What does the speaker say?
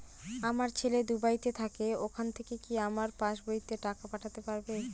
আমার ছেলে দুবাইতে থাকে ওখান থেকে কি আমার পাসবইতে টাকা পাঠাতে পারবে?